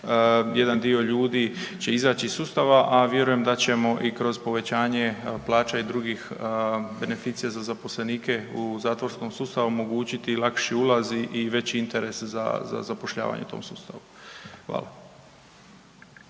jedan dio ljudi će izaći iz sustava, a vjerujem da ćemo i kroz povećanje plaća i drugih beneficija za zaposlenike u zatvorskom sustavu omogućiti lakši ulaz i veći interes za zapošljavanje u tom sustavu.